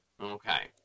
okay